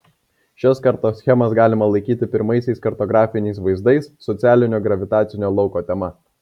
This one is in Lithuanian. šias kartoschemas galima laikyti pirmaisiais kartografiniais vaizdais socialinio gravitacinio lauko tema